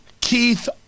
Keith